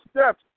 steps